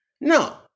No